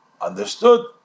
understood